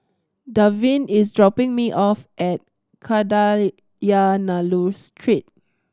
Davin is dropping me off at Kadayanallur Street